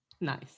nice